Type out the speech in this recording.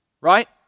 right